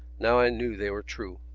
now i knew they were true.